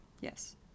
Yes